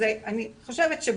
יש טיוטה?